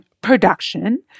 production